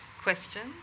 questions